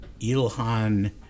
ilhan